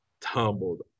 tumbled